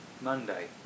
Monday